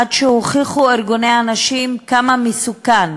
עד שארגוני הנשים הוכיחו כמה מסוכן